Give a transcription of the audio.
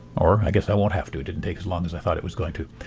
or i guess i won't have to it didn't take as long as i thought it was going to.